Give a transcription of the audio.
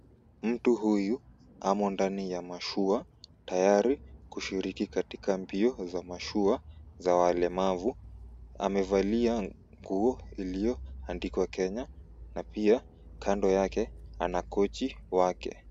Mtu huyu amo ndani ya mashua tayari kushiriki katika mbio za mashua za walemavu. Amevalia nguo iliyoandikwa Kenya na pia kando yake ana kochi wake.